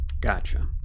gotcha